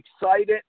excited